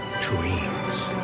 dreams